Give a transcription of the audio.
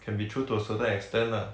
can be true to a certain extent lah